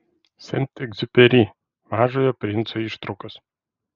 senti egziuperi mažojo princo ištraukos